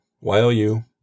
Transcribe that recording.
Y-O-U